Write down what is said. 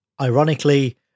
Ironically